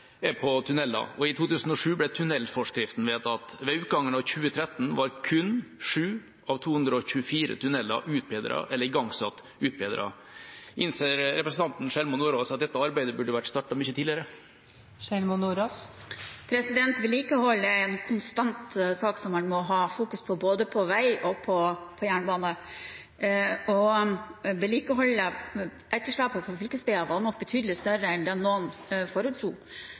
og i 2007 ble tunnelforskriften vedtatt. Ved utgangen av 2013 var kun 7 av 224 tunneler utbedret eller igangsatt utbedret. Innser representanten Sjelmo Nordås at dette arbeidet burde ha vært startet mye tidligere? Vedlikehold er en sak som man konstant må fokusere på, både for vei og for jernbane. Vedlikeholdsetterslepet på fylkesveier var nok betydelig større enn noen